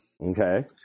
Okay